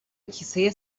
کیسه